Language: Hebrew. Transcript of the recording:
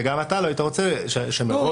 וגם אתה לא היית רוצה ש --- לא,